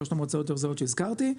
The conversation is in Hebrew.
שלושת המועצות האזוריות שהזכרתי,